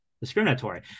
discriminatory